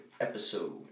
episode